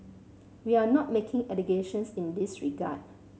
we are not making allegations in this regard